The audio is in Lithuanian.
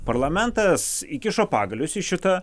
parlamentas įkišo pagalius į šitą